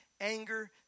anger